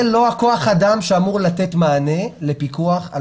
זה לא כוח האדם שאמור לתת מענה לפיקוח על